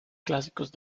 clásicos